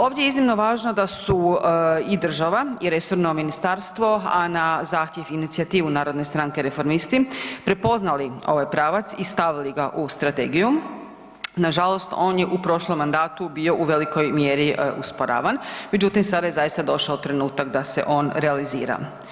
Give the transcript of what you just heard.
Ovdje je iznimno važno da su i država i resorno ministarstvo, a na zahtjev i inicijativu Narodne stranke – Reformisti prepoznali ovaj pravac i stavili ga u strategiju, nažalost on je u prošlom mandatu bio u velikoj mjeri usporavan međutim sada je zaista došao trenutak da se on realizira.